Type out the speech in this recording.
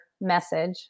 message